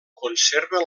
conserva